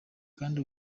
kandi